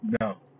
No